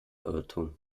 irrtum